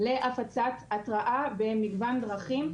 להפצת התרעה במגוון דרכים.